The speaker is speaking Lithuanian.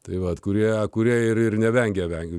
tai vat kurie kuria ir nevengia vengiu